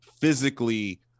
physically